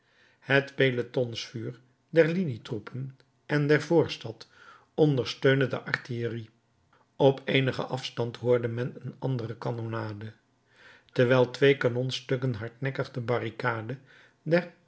het pelotonsvuur der linietroepen en der voorstad ondersteunde de artillerie op eenigen afstand hoorde men een andere kanonnade terwijl twee kanonstukken hardnekkig de barricade der